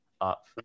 up